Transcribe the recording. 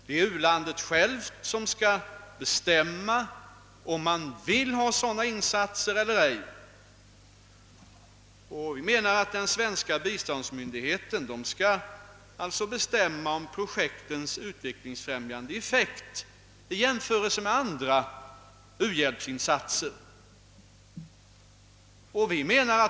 Det är u-landet självt som skail bestämma om man vill ha sådana insatser eller icke. Den svenska biståndsmyndigheten skall alltså fastställa projektens utvecklingsfrämjande effekt i jämförelse med andra u-hjälpsinsatser.